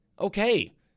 Okay